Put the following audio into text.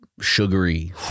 sugary